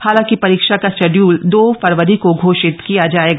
हालांकि परीक्षा का शेड्यूल दो फरवरी को घोषित किया जाएगा